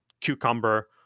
Cucumber